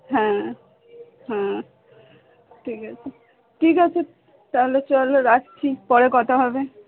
হ্যাঁ হ্যাঁ ঠিক আছে ঠিক আছে তাহলে চল রাখছি পরে কথা হবে